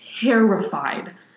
terrified